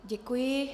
Děkuji.